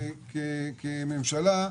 כממשלה,